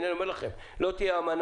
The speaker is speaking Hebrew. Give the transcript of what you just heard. הנה אני אומר לכם לא תהיה אמנה,